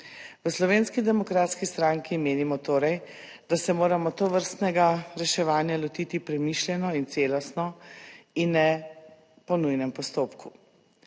V Slovenski demokratski stranki menimo torej, da se moramo tovrstnega reševanja lotiti premišljeno in celostno in ne po nujnem postopku.